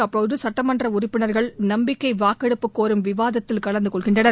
அப்போது சுட்டமன்ற உறுப்பினர்கள் நம்பிக்கை வாக்கெடுப்பு கோரும் விவாதத்தில் கலந்து கொள்கின்றனர்